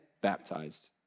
baptized